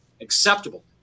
acceptable